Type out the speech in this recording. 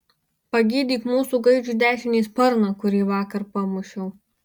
pagydyk mūsų gaidžiui dešinį sparną kurį vakar pamušiau